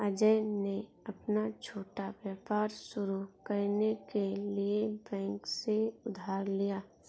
अजय ने अपना छोटा व्यापार शुरू करने के लिए बैंक से उधार लिया